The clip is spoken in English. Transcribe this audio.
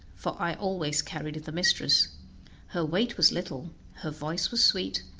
for i always carried the mistress her weight was little, her voice was sweet,